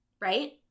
right